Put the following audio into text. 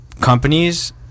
companies